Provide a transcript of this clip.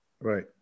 Right